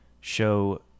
show